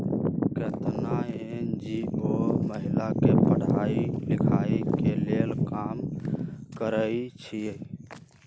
केतना एन.जी.ओ महिला के पढ़ाई लिखाई के लेल काम करअई छई